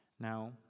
Now